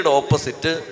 opposite